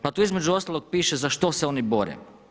Pa tu između ostalog piše za što se oni bore.